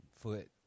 foot